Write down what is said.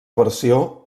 versió